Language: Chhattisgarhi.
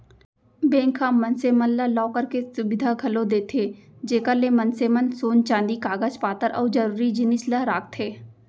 बेंक ह मनसे मन ला लॉकर के सुबिधा घलौ देथे जेकर ले मनसे मन सोन चांदी कागज पातर अउ जरूरी जिनिस ल राखथें